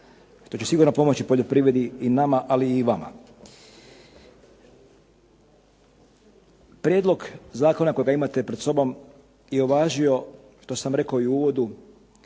što će sigurno pomoći poljoprivredi i nama, ali i vama. Prijedlog zakona kojega imate pred sobom je uvažio, to sam rekao i u uvodu,